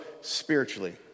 spiritually